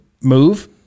move